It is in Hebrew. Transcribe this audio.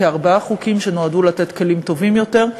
כארבעה חוקים שנועדו לתת כלים טובים יותר.